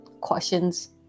questions